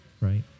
right